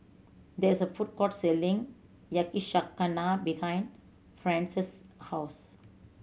there is a food court selling Yakizakana behind Frances' house